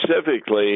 specifically